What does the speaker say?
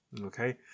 okay